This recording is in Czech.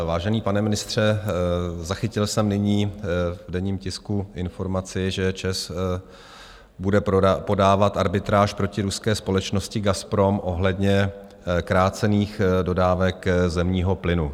Vážený pane ministře, zachytil jsem nyní v denním tisku informaci, že ČEZ bude podávat arbitráž proti ruské společnosti Gazprom ohledně krácených dodávek zemního plynu.